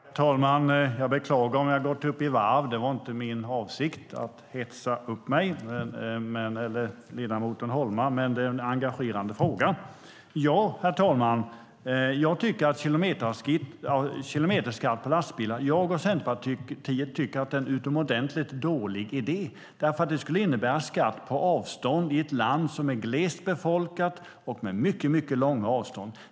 Herr talman! Jag beklagar om jag har gått upp i varv. Det var inte min avsikt att hetsa upp mig eller ledamoten Holma. Men det är en engagerande fråga. Jag och Centerpartiet tycker, herr talman, att kilometerskatt på lastbilar är en utomordentligt dålig idé, därför att det skulle innebära en skatt på avstånd i ett land som är glest befolkat och med mycket långa avstånd.